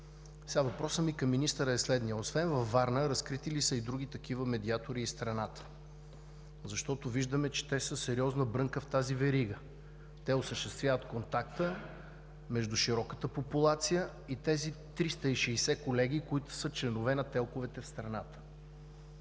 Въпросът ми към министъра е следният: освен във Варна, разкрити ли са и други такива медиатори из страната? Защото виждаме, че те са сериозна брънка в тази верига. Те осъществяват контакта между широката популация и тези 360 колеги, които са членове на ТЕЛК-овете в страната.